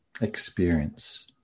experience